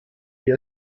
wir